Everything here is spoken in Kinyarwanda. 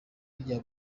n’irya